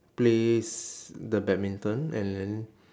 plays the badminton and then